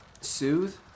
soothe